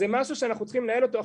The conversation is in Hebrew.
זה משהו שאנחנו לנהל אותו עכשיו,